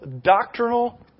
doctrinal